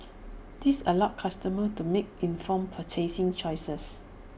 this allows customers to make informed purchasing choices